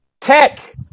Tech